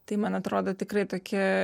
tai man atrodo tikrai tokia